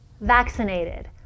vaccinated